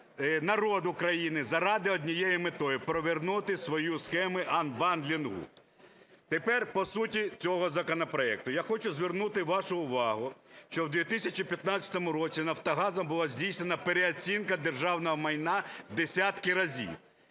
народ України – заради однієї мети: привернути свої схеми анбандлінгу. Тепер по суті цього законопроекту. Я хочу звернути вашу увагу, що у 2015 році "Нафтогазом" була здійснена переоцінка державного майна у десятки разів.